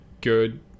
good